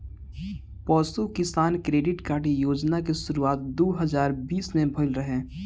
पशु किसान credit card योजना के शुरुआत दू हज़ार बीस में भइल रहे